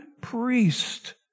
priest